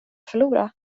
förlora